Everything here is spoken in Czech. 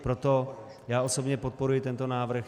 Proto já osobně podporuji tento návrh.